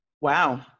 Wow